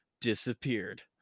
disappeared